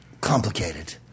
Complicated